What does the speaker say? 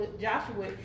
Joshua